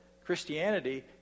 Christianity